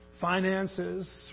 finances